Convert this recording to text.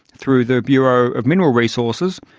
through the bureau of mineral resources,